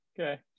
Okay